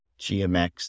GMX